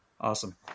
Awesome